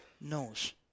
knows